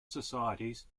societies